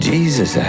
Jesus